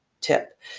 tip